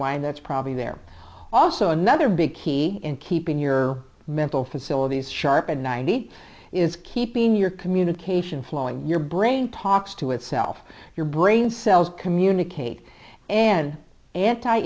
wine that's probably there also another big key in keeping your mental facilities sharp and ninety eight is keeping your community cation flowing your brain talks to itself your brain cells communicate an anti